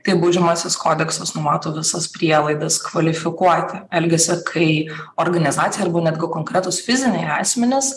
kaip baudžiamasis kodeksas numato visas prielaidas kvalifikuoti elgesio kai organizacija arba netgi konkretūs fiziniai asmenys